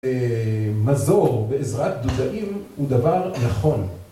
מזור בעזרת דודאים הוא דבר נכון